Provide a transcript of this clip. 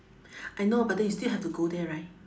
I know but then you still have to go there right